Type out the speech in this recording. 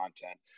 content